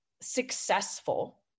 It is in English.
successful